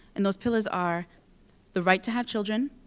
and those pillars are the right to have children,